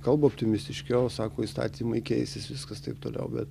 kalba optimistiškiau sako įstatymai keisis viskas taip toliau bet